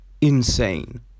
insane